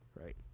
right